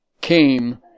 came